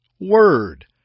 word